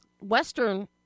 western